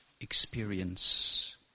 experience